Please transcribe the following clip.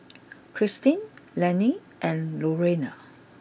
Cristine Lenny and Lorayne